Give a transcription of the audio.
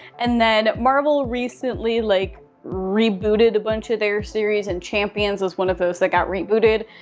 and then marvel recently like rebooted a bunch of their series and champions was one of those that got rebooted.